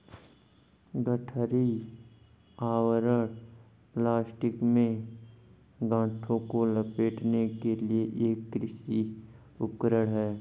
गठरी आवरण प्लास्टिक में गांठों को लपेटने के लिए एक कृषि उपकरण है